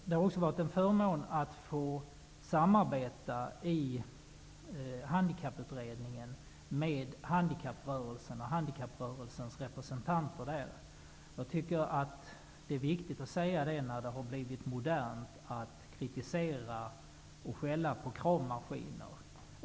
Det har också varit en förmån att få samarbeta i Handikapputredningen med handikapprörelsen och dess representanter där. Det är viktigt att säga det när det har blivit modernt att kritisera och skälla på kravmaskiner.